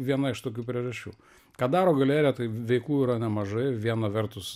viena iš tokių priežasčių ką daro galerija tai veikų yra nemažai viena vertus